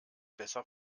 besser